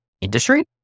industry